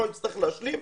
מה אני צריך להשלים,